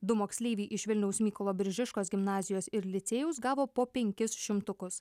du moksleiviai iš vilniaus mykolo biržiškos gimnazijos ir licėjaus gavo po penkis šimtukus